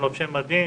הם לובשי מדים,